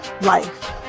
life